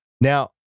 Now